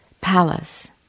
palace